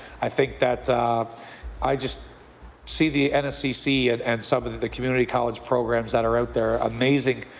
i think that i just see the nfcc and and some of the the community college programs that are out there. amazing